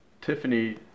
Tiffany